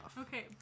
Okay